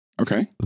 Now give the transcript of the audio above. Okay